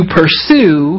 pursue